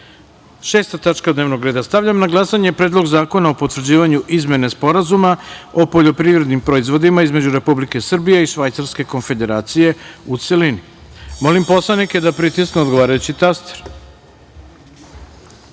tačka dnevnog reda. Stavljam na glasanje Predlog zakona o potvrđivanju Izmene Sporazuma o poljoprivrednim proizvodima između Republike Srbije i Švajcarske Konfederacije, u celini. Molim poslanike da pritisnu odgovarajući